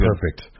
perfect